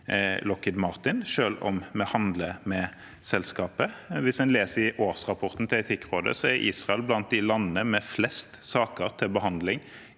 Lockheed Martin, selv om vi handler med selskapet. Hvis en leser i årsrapporten til Etikkrådet, er Israel blant de landene med flest saker til behandling